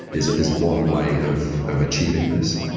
is is one way of of achieving this.